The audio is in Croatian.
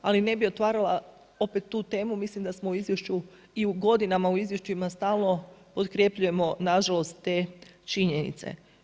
Ali ne bih otvarala opet tu temu, mislim da smo u izvješću i u godinama u izvješćima stalno potkrepljujemo nažalost te činjenice.